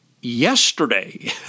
yesterday